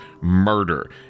murder